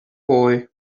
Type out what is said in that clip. boy